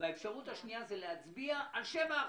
האפשרות השנייה היא להצביע על 7%,